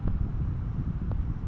Credit card key?